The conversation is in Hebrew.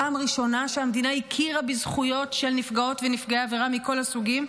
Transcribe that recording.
פעם ראשונה שהמדינה הכירה בזכויות של נפגעות ונפגעי עבירה מכל הסוגים,